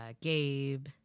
gabe